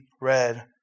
red